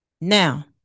Now